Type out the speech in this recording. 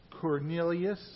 Cornelius